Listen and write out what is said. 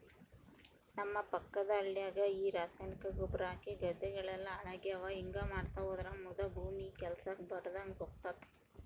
ನಮ್ಮ ಪಕ್ಕದ ಹಳ್ಯಾಗ ಈ ರಾಸಾಯನಿಕ ಗೊಬ್ರ ಹಾಕಿ ಗದ್ದೆಗಳೆಲ್ಲ ಹಾಳಾಗ್ಯಾವ ಹಿಂಗಾ ಮಾಡ್ತಾ ಹೋದ್ರ ಮುದಾ ಭೂಮಿ ಕೆಲ್ಸಕ್ ಬರದಂಗ ಹೋತತೆ